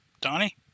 Donnie